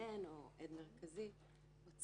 המתלונן או עד מרכזי יוצרים